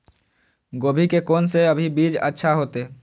गोभी के कोन से अभी बीज अच्छा होते?